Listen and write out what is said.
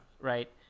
right